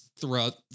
throughout